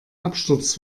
absturz